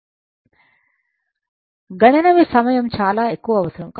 గణన సమయం చాలా ఎక్కువ అవసరం